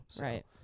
right